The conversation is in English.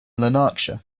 lanarkshire